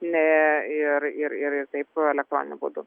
ne ir ir taip elektroniniu būdu